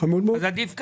אז עדיף כך.